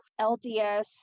lds